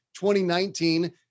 2019